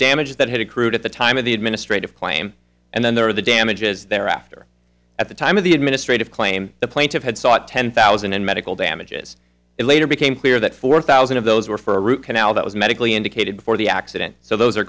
damage that had accrued at the time of the administrative claim and then there are the damages there after at the time of the administrative claim the plaintiff had sought ten thousand and medical damages and later became clear that four thousand of those were for a root canal that was medically indicated before the accident so those are